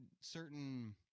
certain